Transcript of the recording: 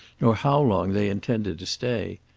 nor how long they intended to stay.